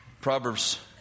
Proverbs